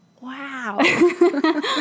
wow